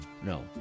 no